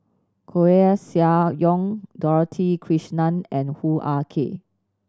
Koeh Sia Yong Dorothy Krishnan and Hoo Ah Kay